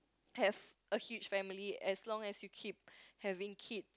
have a huge family as long as you keep having kids